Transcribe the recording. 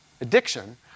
addiction